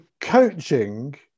coaching